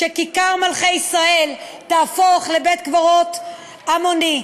שכיכר מלכי ישראל תהפוך לבית-קברות המוני.